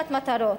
מטרות.